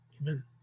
Amen